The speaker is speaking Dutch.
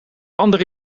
andere